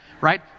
right